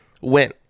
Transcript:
went